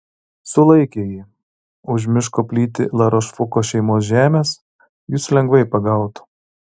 sulaikė ji už miško plyti larošfuko šeimos žemės jus lengvai pagautų